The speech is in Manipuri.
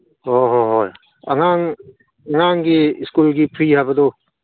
ꯍꯣꯏ ꯍꯣꯏ ꯍꯣꯏ ꯑꯉꯥꯡ ꯉꯔꯥꯡꯒꯤ ꯁ꯭ꯀꯨꯜꯒꯤ ꯐꯤ ꯍꯥꯏꯕꯗꯣ